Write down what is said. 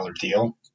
deal